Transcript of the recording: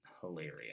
hilarious